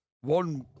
one